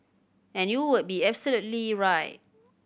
and you would be absolutely right